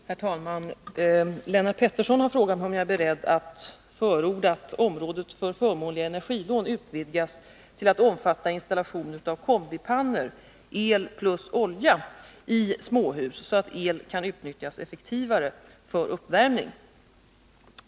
Herr talman! Lennart Pettersson har frågat mig om jag är beredd att förorda att området för förmånliga energilån utvidgas till att omfatta installation av kombipannor, el plus olja, i småhus, så att el kan utnyttjas effektivare för uppvärmning.